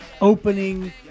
opening